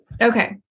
Okay